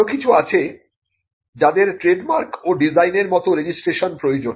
আরো কিছু আছে যাদের ট্রেডমার্ক ও ডিজাইনের মত রেজিস্ট্রেশন প্রয়োজন